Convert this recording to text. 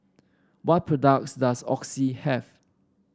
what products does Oxy have